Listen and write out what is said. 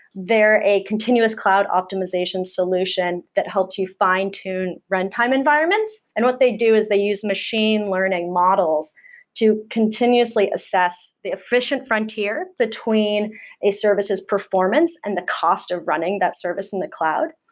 they're a continuous cloud optimization solution that helps you fine tune runtime environments. and what they do is they use machine learning models to continuously assess the efficient frontier between a services performance and the cost of running that service in the cloud.